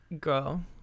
Girl